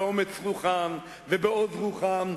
באומץ רוחם ובעוז רוחם,